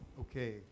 Okay